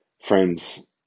Friends